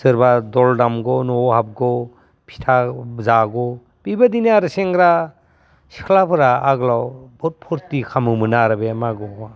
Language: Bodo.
सोरबा दल दामगौ न'आव हाबगौ फिथा जागौ बेबायदिनो आरो सेंग्रा सिख्लाफोरा आगोलाव बहुद फुरथि खामोमोन आरो बे मागोआवहा